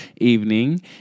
evening